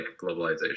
globalization